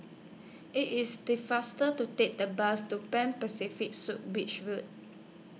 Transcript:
IT IS The faster to Take The Bus to Pan Pacific Suites Beach Road